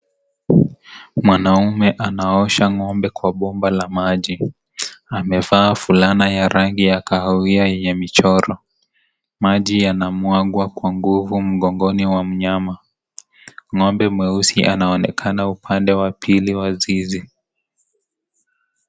Mwanaume anaosha ng'ombe kwa boba la maji , amevaa fulana ya kahawia yenye michoro. Maji yanamwagwa kwa nguvu mgongoni mwa mnyama. Ng'ombe mweusi anaonekana upande wa pili wa zizi.